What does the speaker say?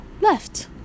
left